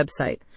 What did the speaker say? website